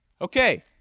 Okay